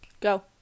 Go